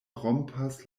rompas